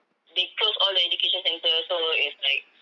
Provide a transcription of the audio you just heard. they closed all the education centres so it's like